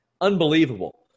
Unbelievable